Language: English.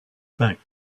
back